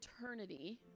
eternity